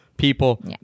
People